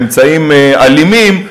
באמצעים אלימים,